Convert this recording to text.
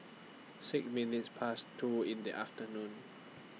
six minutes Past two in The afternoon